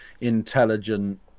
intelligent